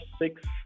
six